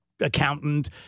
accountant